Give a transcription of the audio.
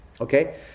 Okay